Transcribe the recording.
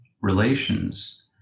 relations